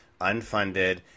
unfunded